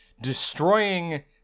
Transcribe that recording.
destroying